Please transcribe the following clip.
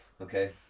Okay